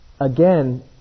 again